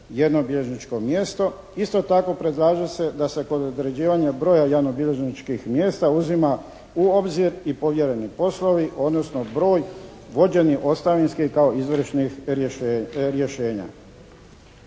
jedno bilježničko mjesto. Isto tako, predlaže se da se kod određivanja broja javnobilježničkih mjesta uzima u obzir i povjereni poslovi odnosno broj vođenih ostavinskih kao izvršnih rješenja.